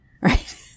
right